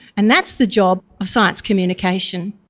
and that's the job of science communication.